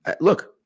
look